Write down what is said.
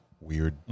weird